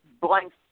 blank